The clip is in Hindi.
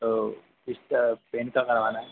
तो इसका पेन्ट का करवाना है